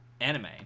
anime